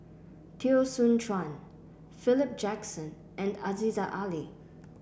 Teo Soon Chuan Philip Jackson and Aziza Ali